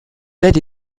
tel